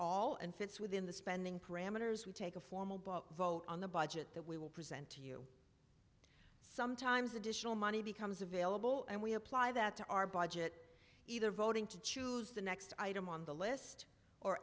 all and fits within the spending parameters we take a formal vote on the budget that we will present to you sometimes additional money becomes available and we apply that to our budget either voting to choose the next item on the list or